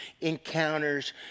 encounters